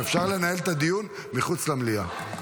אפשר לנהל את הדיון מחוץ למליאה.